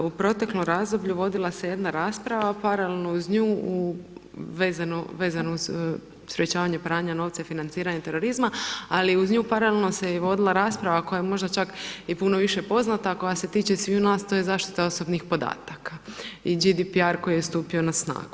U proteklom razdoblju vodila se jedna rasprava, paralelno uz nju vezano uz sprječavanje pranja novca i financiranja terorizma, ali uz nju paralelno se je vodila rasprava koja možda čak je i puno više poznata a koja se tiče i sviju nas a to je zaštita osobnih podataka i GDPR koji je stupio na snagu.